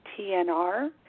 tnr